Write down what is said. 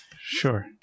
Sure